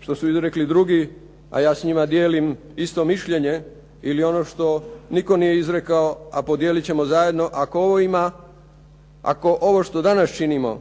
što su izrekli drugi, a ja s njima dijelim isto mišljenje ili ono što nitko nije izrekao, a podijelit ćemo zajedno, ako ovo što danas činimo